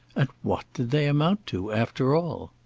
and what did they amount to, after all?